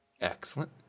Excellent